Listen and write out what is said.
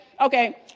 Okay